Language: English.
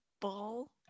ball